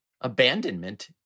Abandonment